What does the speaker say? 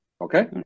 Okay